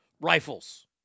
rifles